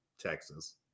Texas